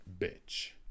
bitch